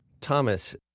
Thomas